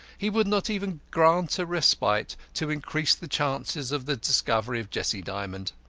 he would not even grant a respite, to increase the chances of the discovery of jessie dymond.